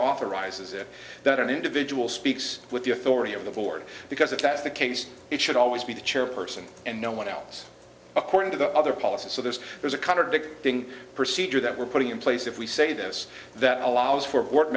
authorizes it that an individual speaks with the authority of the board because if that's the case it should always be the chairperson and no one else according to the other policy so there's there's a kind addicting procedure that we're putting in place if we say this that allows for